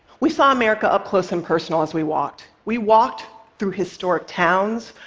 we saw america up close and personal as we walked. we walked through historic towns,